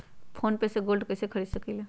Phone पे से gold कईसे खरीद सकीले?